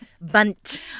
Bunt